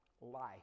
life